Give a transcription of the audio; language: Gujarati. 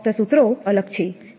ફક્ત સૂત્રો અલગ છે